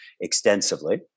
extensively